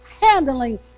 handling